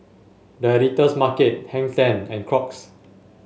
The Editor's Market Hang Ten and Crocs